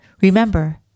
Remember